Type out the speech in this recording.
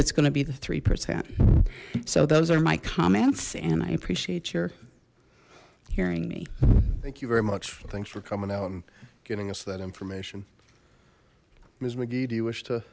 it's gonna be the three percent so those are my comments and i appreciate you're hearing me thank you very much thanks for coming out and getting us that information ms mcgee do you wish to